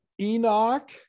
Enoch